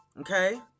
okay